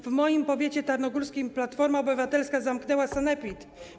W moim powiecie tarnogórskim Platforma Obywatelska zamknęła sanepid.